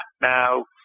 Now